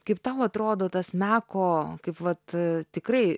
kaip tau atrodo tas meko kaip vat tikrai